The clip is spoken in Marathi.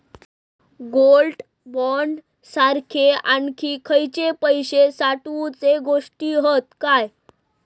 गोल्ड बॉण्ड सारखे आणखी खयले पैशे साठवूचे गोष्टी हत काय?